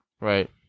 Right